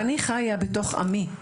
אני חיה בתוך עמי,